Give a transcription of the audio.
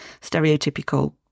stereotypical